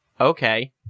okay